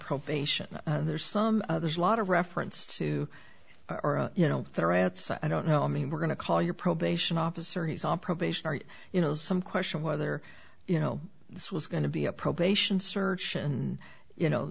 probation there's some there's a lot of reference to or you know that are outside i don't know i mean we're going to call your probation officer he's on probation or you know some question whether you know this was going to be a probation search and you know